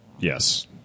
Yes